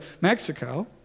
Mexico